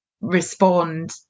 respond